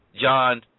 John